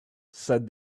said